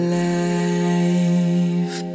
life